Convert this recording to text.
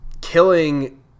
killing